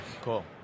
Cool